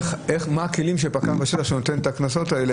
מה הכלים של פקח בשטח שנותן את הקנסות האלה,